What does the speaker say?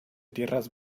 tierras